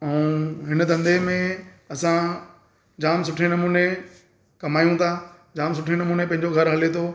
ऐं इन धंधे में असां जाम सुठे नमूने कमायूं था जाम सुठे नमूने पंहिंजो घर हले थो